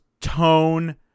tone